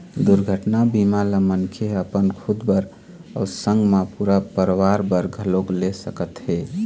दुरघटना बीमा ल मनखे ह अपन खुद बर अउ संग मा पूरा परवार बर घलोक ले सकत हे